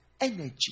energy